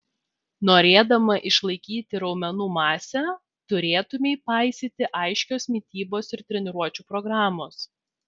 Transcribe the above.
norėdama išlaikyti raumenų masę turėtumei paisyti aiškios mitybos ir treniruočių programos